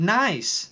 nice